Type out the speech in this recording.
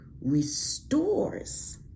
restores